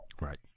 Right